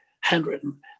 handwritten